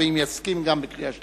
ואם יסכים גם בקריאה שלישית.